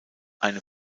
eine